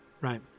Right